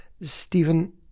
Stephen